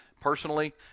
personally